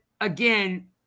again